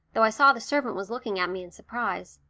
though i saw the servant was looking at me in surprise.